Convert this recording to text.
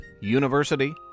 University